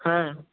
হ্যাঁ